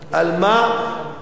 למה נרשמת לדיון?